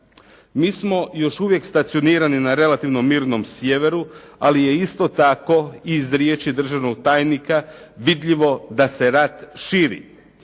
Mi smo još uvijek stacionirani na relativno mirnom sjeveru ali je isto tako iz riječi državnog tajnika vidljivo da se rat širi